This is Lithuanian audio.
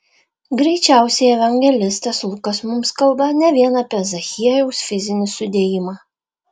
greičiausiai evangelistas lukas mums kalba ne vien apie zachiejaus fizinį sudėjimą